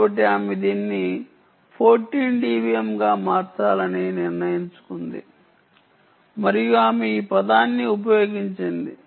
కాబట్టి ఆమె దీన్ని 14 dBm గా మార్చాలని నిర్ణయించుకుంది మరియు ఆమె ఈ పదాన్ని ఉపయోగించింది